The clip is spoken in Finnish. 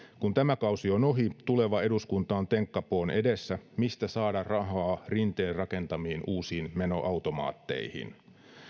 kun tämä kausi on ohi tuleva eduskunta on tenkkapoon edessä mistä saada rahaa rinteen rakentamiin uusiin menoautomaatteihin